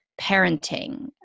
parenting